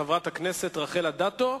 חברת הכנסת רחל אדטו,